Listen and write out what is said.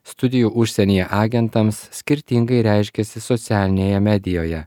studijų užsienyje agentams skirtingai reiškiasi socialinėje medijoje